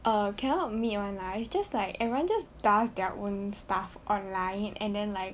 err cannot meet [one] lah is just like everyone just does their own stuff online and then like